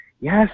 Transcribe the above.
Yes